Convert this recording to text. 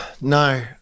No